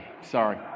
Sorry